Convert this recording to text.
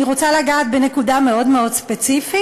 אני רוצה לגעת בנקודה מאוד מאוד ספציפית,